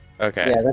Okay